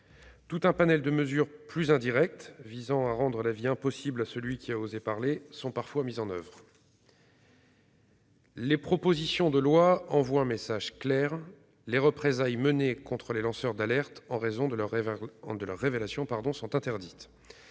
un panel de mesures plus indirectes, visant à rendre la vie impossible à celui qui a osé parler. Les propositions de loi envoient un message clair : les représailles contre les lanceurs d'alerte en raison de leurs révélations sont interdites.